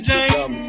James